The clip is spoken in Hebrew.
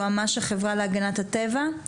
יועמ"ש החברה להגנת הטבע.